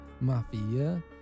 Mafia